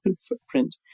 footprint